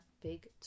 big